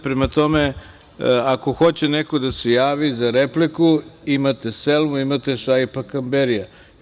Prema tome, ako hoće neko da se javi za repliku imate Selmu, imate Šaipa Kamberia.